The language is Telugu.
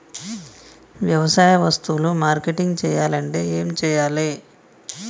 వ్యవసాయ వస్తువులు మార్కెటింగ్ చెయ్యాలంటే ఏం చెయ్యాలే?